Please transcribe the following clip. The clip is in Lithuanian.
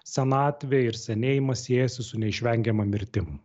senatvė ir senėjimas siejasi su neišvengiama mirtim